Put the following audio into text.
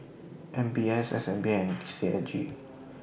M B S S N B and C A G